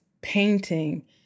painting